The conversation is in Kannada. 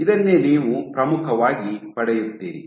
ಇದನ್ನೇ ನೀವು ಪ್ರಮುಖವಾಗಿ ಪಡೆಯುತ್ತೀರಿ